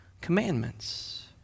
Commandments